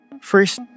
First